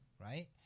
right